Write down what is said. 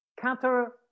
counter